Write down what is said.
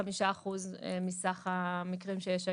5% מסך המקרים שיש היום.